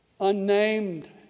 unnamed